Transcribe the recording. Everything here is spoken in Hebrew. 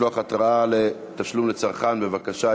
משלוח התראת תשלום לצרכן) בבקשה,